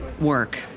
work